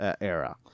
era